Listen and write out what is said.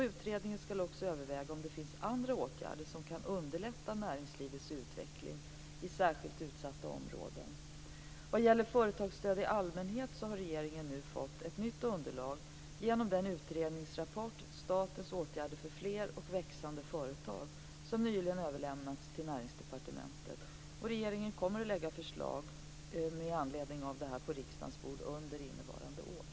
Utredningen ska också överväga om det finns andra åtgärder som kan underlätta näringslivets utveckling i särskilt utsatta områden. Vad gäller företagsstöd i allmänhet har regeringen nu fått ett nytt underlag genom den utredningsrapport, Statens åtgärder för fler och växande företag, som nyligen överlämnats till Näringsdepartementet. Regeringen kommer att lägga fram förslag med anledning av det här på riksdagens bord under innevarande år.